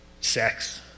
sex